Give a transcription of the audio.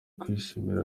kwishima